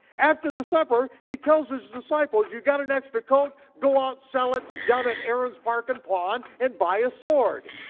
after the supper, he tells his disciples, you got an extra coat, go out, sell it down at aaron's park and pawn, and buy a sword.